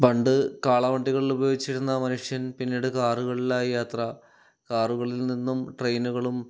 പണ്ട് കാളവണ്ടികളിൽ ഉപയോഗിച്ചിരുന്ന മനുഷ്യൻ പിന്നീട് കാറുകളിലായി യാത്ര കാറുകളിൽ നിന്നും ട്രെയിനുകളും